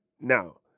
Now